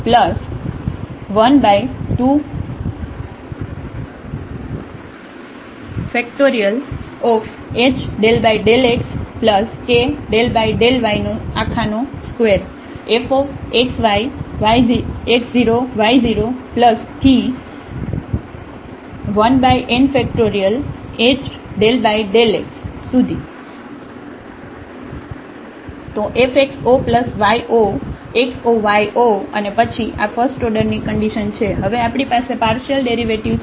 h∂xk∂ynfx0y0Rn તો f x 0 y 0 x 0 y 0 અને પછી આ ફસ્ટઓર્ડરની કન્ડિશન છે હવે આપણી પાસે પાર્શિયલડેરિવેટિવ્ઝ છે